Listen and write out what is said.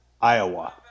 Iowa